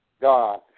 God